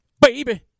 baby